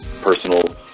personal